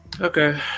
Okay